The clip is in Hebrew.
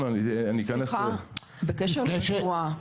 בקשר לרפואה,